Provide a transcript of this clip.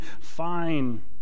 fine